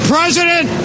President